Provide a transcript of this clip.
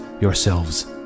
yourselves